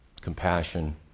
compassion